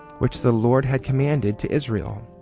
which the lord had commanded to israel.